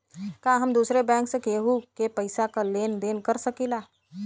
का हम दूसरे बैंक से केहू के पैसा क लेन देन कर सकिला?